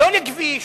לא לכביש,